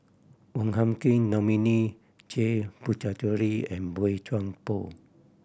Wong Hung Khim Dominic J Puthucheary and Boey Chuan Poh